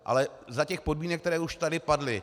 Ale za těch podmínek, které tady už padly.